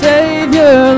Savior